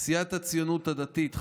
סיעת הציונות הדתית,